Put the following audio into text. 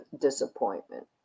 disappointment